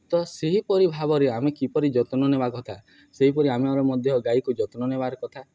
ତ ସେହିପରି ଭାବରେ ଆମେ କିପରି ଯତ୍ନ ନେବା କଥା ସେହିପରି ଆମର ମଧ୍ୟ ଗାଈକୁ ଯତ୍ନ ନେବାର କଥା